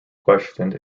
questioned